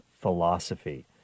Philosophy